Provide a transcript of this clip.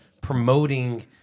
promoting